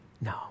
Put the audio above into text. no